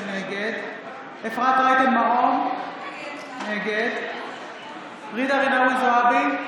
נגד אפרת רייטן מרום, נגד ג'ידא רינאוי זועבי,